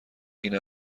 این